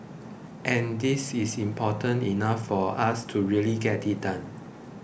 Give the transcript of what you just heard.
and this is important enough for us to really get it done